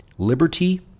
liberty